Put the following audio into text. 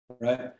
right